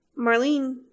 Marlene